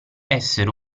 essere